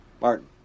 Martin